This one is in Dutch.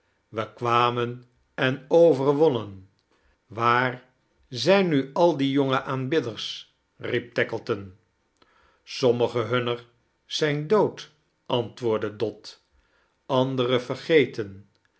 we kwamen en overwonnen waar zijn nu al die jonge aanbidders riep tackleton sommige hunner zijn dood antwoondde dot andere vergeten